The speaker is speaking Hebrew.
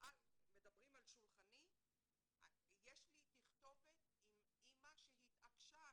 יש לי תכתובת עם אימא שהתעקשה,